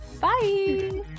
Bye